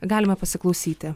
galime pasiklausyti